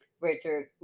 Richard